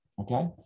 Okay